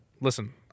listen